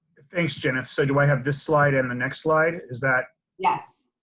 thanks, jenith. so do i have this slide and the next slide, is that yes.